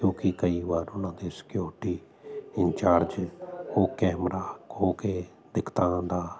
ਕਿਉਂਕਿ ਕਈ ਵਾਰ ਉਹਨਾਂ ਦੇ ਸਕਿਉਰਟੀ ਇੰਚਾਰਜ ਉਹ ਕੈਮਰਾ ਖੋਹ ਕੇ ਦਿੱਕਤਾਂ ਦਾ